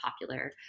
popular